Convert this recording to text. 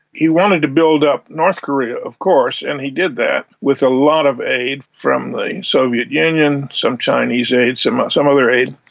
he wanted to build up north korea of course and he did that with a lot of aid from the soviet union, some chinese aid, some some other aid.